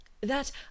that